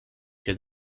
się